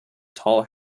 tall